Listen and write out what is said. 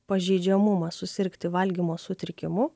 pažeidžiamumą susirgti valgymo sutrikimu